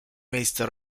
miejsce